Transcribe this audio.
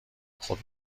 خود